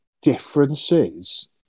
differences